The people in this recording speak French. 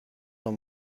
dans